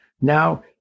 Now